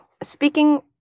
speaking